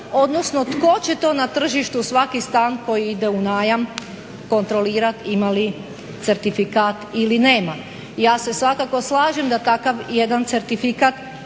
odnosno tko će to na tržištu svaki stan koji ide u najam kontrolirati ima li certifikat ili nema. Ja se svakako slažem da takav jedan certifikat